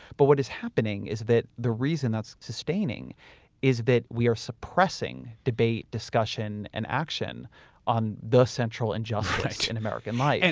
but what is happening is that the reason that's sustaining is that we are suppressing debate, discussion and action on the central injustice in american life. and